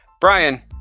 Brian